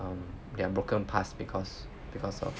um their broken past because because of